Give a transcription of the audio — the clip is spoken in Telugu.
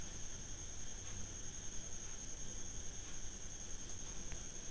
కంపెనీల వాటాదారుల యాజమాన్యాన్ని తెలిపే పత్రాని స్టాక్ సర్టిఫీకేట్ అంటాండారు